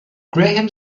graham